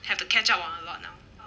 have to catch up on a lot now